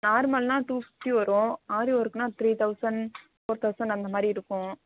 நார்மல்னா two fifty வரும் ஆரி ஒர்க்னா த்ரீ தௌசண்ட் போர் தௌசண்ட் அந்த மாதிரி இருக்கும்